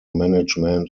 management